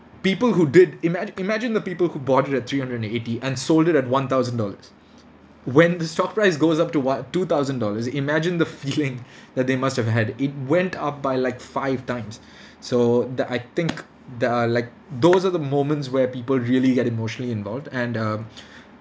people who did imagine imagine the people who bought it at three hundred and eighty and sold it at one thousand dollars when the stock price goes up to what two thousand dollars imagine the feeling that they must have had it went up by like five times so that I think there are like those are the moments where people really get emotionally involved and um